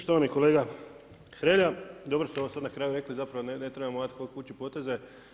Štovani kolega Hrelja, dobro ste ovo sad na kraju rekli, zapravo ne trebamo ad hoc vući poteze.